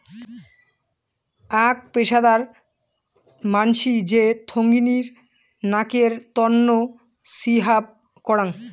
আক পেশাদার মানসি যে থোঙনি নকের তন্ন হিছাব করাং